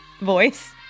voice